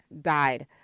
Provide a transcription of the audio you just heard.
died